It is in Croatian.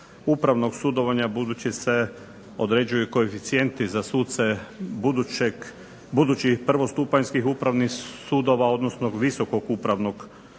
upravnog sudovanja budući se određuje koeficijenti za suce budućih prvostupanjskih sudova odnosno Visokog upravnog suda